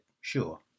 sure